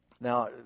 now